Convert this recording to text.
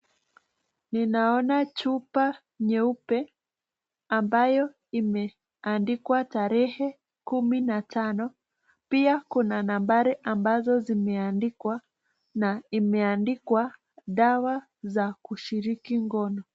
Ninaona chupa nyeupe ambayo imeandikwa tarehe kumi na tano. Pia kuna nambari ambazo zimeandikwa na imeandikwa dawa za kushiriki ngono.